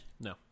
No